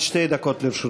עד שתי דקות לרשותך.